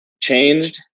changed